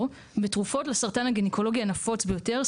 לתרופות לסרטן הגניקולוגי הנפוץ ביותר,